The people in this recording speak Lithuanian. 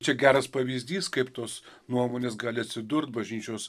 čia geras pavyzdys kaip tos nuomonės gali atsidurt bažnyčios